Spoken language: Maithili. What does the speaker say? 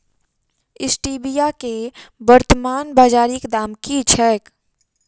स्टीबिया केँ वर्तमान बाजारीक दाम की छैक?